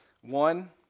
One